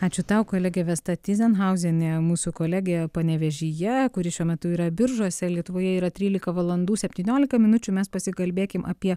ačiū tau kolegė vesta tyzenhauzienė mūsų kolegė panevėžyje kuri šiuo metu yra biržuose lietuvoje yra trylika valandų septyniolika minučių mes pasikalbėkim apie